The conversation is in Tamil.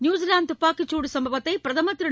நியூஸிலாந்துதப்பாக்கிச் சூடு சம்பவத்தைபிரதமர் திரு